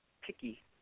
picky